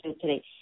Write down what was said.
today